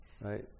right